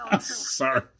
sorry